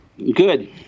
Good